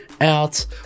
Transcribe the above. out